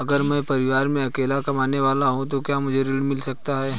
अगर मैं परिवार में अकेला कमाने वाला हूँ तो क्या मुझे ऋण मिल सकता है?